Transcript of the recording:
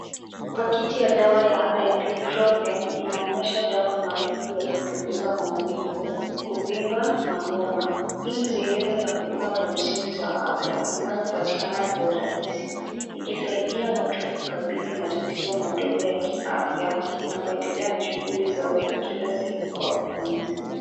Paketi ya dawa ya iboprufen inaonyesha dawa maarufu ya kupunguza maumivu, kuvimba na homa. Hii ni sehemu ya huduma za msingi za afya zinazopatikana kwa urahisi ikisaidia watu kukabidhi matatizo madogo ya kiafya na kuendelea na shughuli zao za kila siku kwa ufanisi.